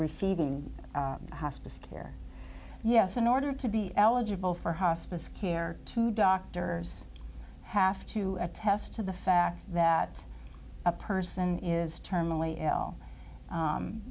receiving hospice care yes in order to be eligible for hospice care to doctors have to attest to the fact that a person is terminally ill